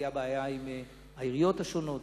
היתה בעיה עם העיריות השונות,